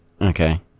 Okay